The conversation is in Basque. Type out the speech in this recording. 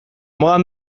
modan